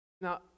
Now